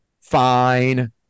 fine